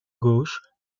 gauche